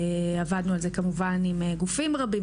עבדנו על זה כמובן עם גופים רבים,